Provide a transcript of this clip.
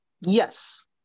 Yes